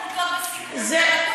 פגעו בילדים ובפעוטות בסיכון ולקחו,